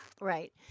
Right